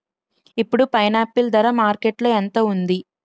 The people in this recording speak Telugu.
ఇప్పుడు పైనాపిల్ ధర మార్కెట్లో ఎంత ఉంది?